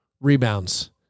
rebounds